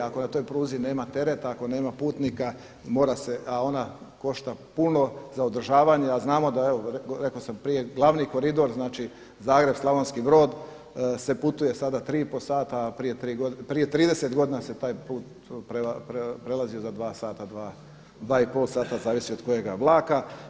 Ako na toj pruzi nema tereta, ako nema putnika mora se, a ona košta puno za održavanje, a znamo da evo rekao sam prije glavni koridor, znači Zagreb – Slavonski Brod se putuje sada tri i pol sata, a prije trideset godina se taj put prelazio za dva sata, dva i pol sata zavisi od kojega vlaka.